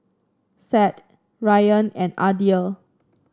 Said Ryan and Aidil